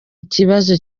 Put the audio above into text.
ikibazo